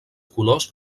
colors